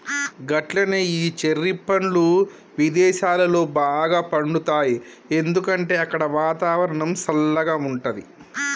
గట్లనే ఈ చెర్రి పండ్లు విదేసాలలో బాగా పండుతాయి ఎందుకంటే అక్కడ వాతావరణం సల్లగా ఉంటది